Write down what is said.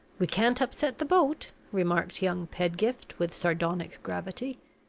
we can't upset the boat, remarked young pedgift, with sardonic gravity.